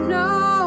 no